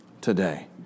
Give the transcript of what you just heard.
Today